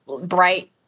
bright